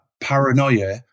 paranoia